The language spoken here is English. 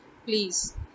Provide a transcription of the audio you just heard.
Please